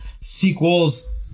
sequels